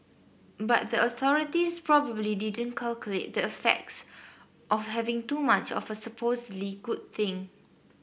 but the authorities probably didn't calculate the effects of having too much of a supposedly good thing